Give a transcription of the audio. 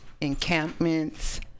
encampments